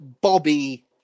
bobby